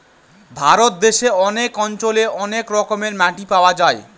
ভারত দেশে অনেক অঞ্চলে অনেক রকমের মাটি পাওয়া যায়